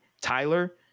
Tyler